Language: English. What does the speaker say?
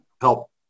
help